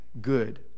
good